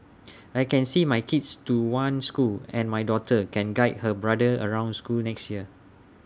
I can see my kids to one school and my daughter can guide her brother around school next year